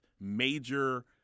major